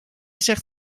zegt